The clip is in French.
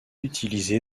utilisés